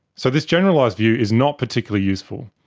so this generalised view is not particularly useful.